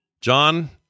John